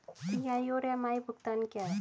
PI और MI भुगतान क्या हैं?